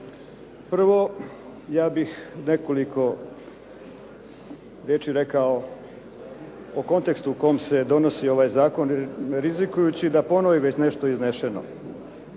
Prvo, ja bih nekoliko riječi rekao o kontekstu u kojem se donosi ovaj zakon rizikujući da ponovo je već nešto izneseno.